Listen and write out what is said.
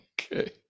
Okay